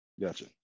gotcha